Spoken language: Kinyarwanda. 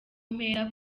mpera